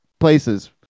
places